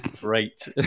great